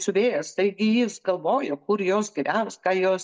siuvėjas taigi jis galvojo kur jos gyvens ką jos